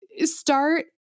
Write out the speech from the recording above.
start